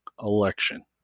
election